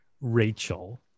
Rachel